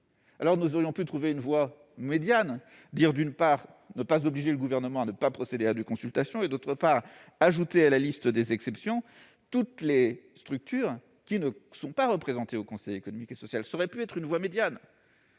cas ? Nous aurions pu trouver une voie médiane : d'une part, ne pas obliger le Gouvernement à ne pas procéder à des consultations, d'autre part, ajouter à la liste des exceptions toutes les structures qui ne sont pas représentées au Conseil économique, social et environnemental.